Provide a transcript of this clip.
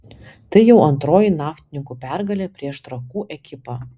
tai jau antroji naftininkų pergalė prieš trakų ekipą